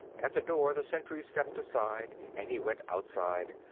at the door the sentries stepped aside and he went outside,